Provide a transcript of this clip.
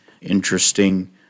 interesting